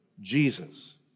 Jesus